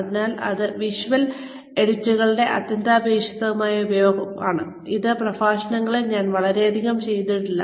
അതിനാൽ അത് വിഷ്വൽ എയ്ഡുകളുടെ അത്യന്താപേക്ഷിതമായ ഉപയോഗമാണ് അത് ഈ പ്രഭാഷണങ്ങളിൽ ഞാൻ വളരെയധികം ചെയ്തിട്ടില്ല